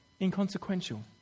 inconsequential